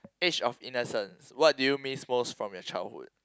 age of innocence what did you miss most from your childhood